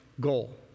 goal